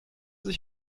sich